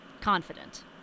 Confident